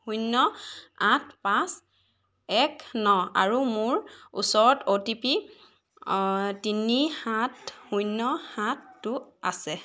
শূন্য আঠ পাঁচ এক ন আৰু মোৰ ওচৰত অ' টি পি তিনি সাত শূন্য সাতটো আছে